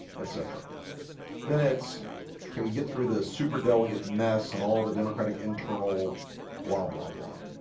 etc then it's can we get through the super delegate mess and all the democratic internal blah blah blah